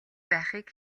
байхыг